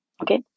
okay